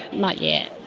not yet.